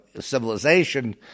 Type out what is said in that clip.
civilization